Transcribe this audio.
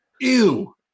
ew